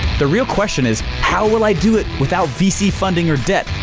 the real question is, how will i do it without vc funding or debt,